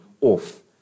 off